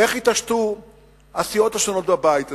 איך יתעשתו הסיעות השונות בבית הזה?